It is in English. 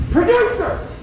Producers